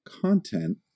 content